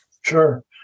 Sure